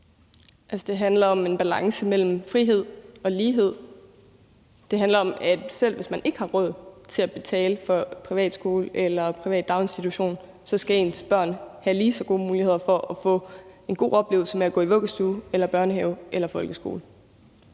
Det handler om en balance mellem frihed og lighed. Det handler om, at ens børn, selv hvis ikke man har råd til at betale for privatskole eller privat daginstitution, skal have lige så gode muligheder for at få en god oplevelse med at gå i vuggestue, børnehave eller folkeskole.